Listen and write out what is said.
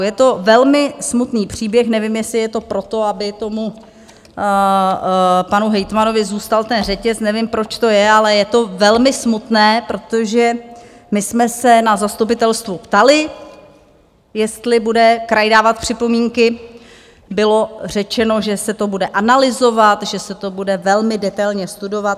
Je to velmi smutný příběh, nevím, jestli je to proto, aby panu hejtmanovi zůstal ten řetěz, nevím, proč to je, ale je to velmi smutné, protože my jsme se na zastupitelstvu ptali, jestli bude kraj dávat připomínky bylo řečeno, že se to bude analyzovat, že se to bude velmi detailně studovat.